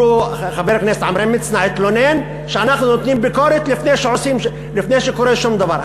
חבר הכנסת עמרם מצנע התלונן שאנחנו נותנים ביקורת לפני שקורה שום דבר,